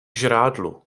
žrádlu